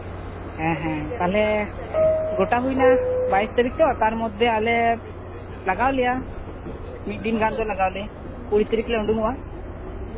ᱦᱮᱸ ᱦᱮᱸ ᱛᱟᱦᱞᱮ ᱜᱚᱴᱟ ᱦᱩᱭ ᱱᱟ ᱵᱟᱭᱤᱥ ᱛᱟᱹᱨᱤᱠᱷ ᱛᱚ ᱛᱟᱨ ᱢᱚᱫᱽᱫᱷᱮ ᱟᱞᱮ ᱞᱟᱜᱟᱣ ᱞᱮᱭᱟ ᱢᱤᱫ ᱫᱤᱱ ᱜᱟᱱ ᱫᱚ ᱞᱟᱜᱟᱣ ᱞᱮᱭᱟ ᱠᱩᱲᱤ ᱛᱟᱹᱨᱤᱠᱷ ᱞᱮ ᱩᱰᱩᱝᱚᱜᱼᱟ